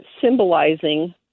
symbolizing